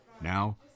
Now